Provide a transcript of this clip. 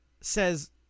says